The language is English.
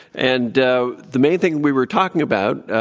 and ah the main thing we were talking about,